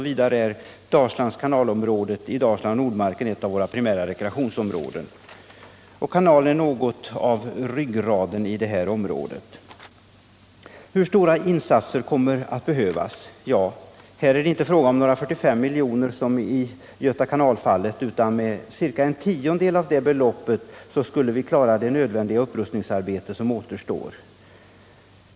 Vidare är området vid kanalen i Dalsland och Nordmarken ett av våra primära rekreationsområden, och kanalen är något av ryggraden i detta område. Hur stora insatser skulle då behövas? Ja, här är det inte fråga om några 45 miljoner som i fallet Göta kanal. Vi skulle med ca en tiondel av det beloppet kunna klara de nödvändiga upprustningsarbeten som återstår.